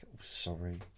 Sorry